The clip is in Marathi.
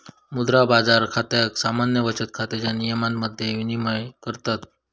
मुद्रा बाजार खात्याक सामान्य बचत खात्याच्या नियमांमध्येच विनियमित करतत